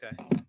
Okay